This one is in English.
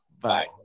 Bye